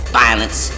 violence